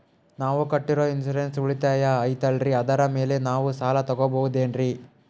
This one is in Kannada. ನಾವು ಕಟ್ಟಿರೋ ಇನ್ಸೂರೆನ್ಸ್ ಉಳಿತಾಯ ಐತಾಲ್ರಿ ಅದರ ಮೇಲೆ ನಾವು ಸಾಲ ತಗೋಬಹುದೇನ್ರಿ?